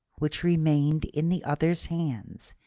which remained in the other's hands,